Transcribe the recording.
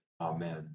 Amen